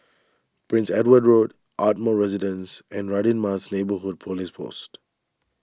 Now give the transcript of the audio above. Prince Edward Road Ardmore Residence and Radin Mas Neighbourhood Police Post